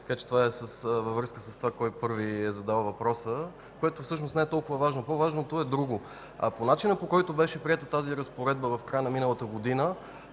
яснота. Това е във връзка с това кой първи е задал въпроса, което всъщност не е толкова важно. По-важното е друго. Начинът, по който беше приета тази разпоредба в края на миналата година,